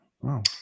Wow